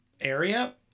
area